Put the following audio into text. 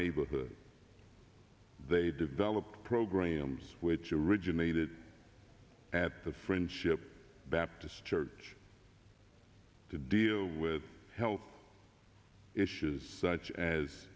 neighborhood they develop programs which originated at the friendship baptist church to deal with health issues such as